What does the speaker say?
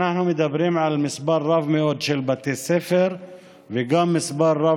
אנחנו מדברים על מספר רב מאוד של בתי ספר וגם מספר רב